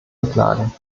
beklagen